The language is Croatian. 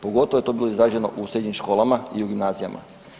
Pogotovo je to bilo izraženo u srednjim školama i u gimnazijama.